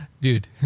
dude